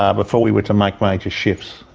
ah before we were to make major shifts.